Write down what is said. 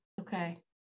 okay